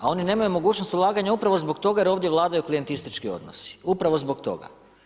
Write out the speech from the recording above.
A oni nemaju mogućnost ulaganja upravo zbog toga jer ovdje vladaju klijentistički odnosi, upravo zbog toga.